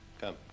Come